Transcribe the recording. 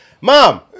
Mom